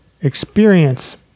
Experience